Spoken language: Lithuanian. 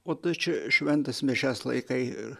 o čia šventas mišias laikai ir